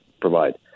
provide